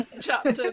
chapter